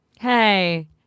hey